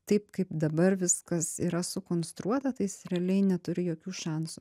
taip kaip dabar viskas yra sukonstruota tai jis realiai neturi jokių šansų